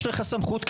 יש לך סמכות.